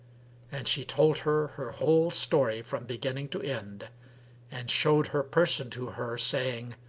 and she told her her whole story from beginning to end and showed her person to her, saying,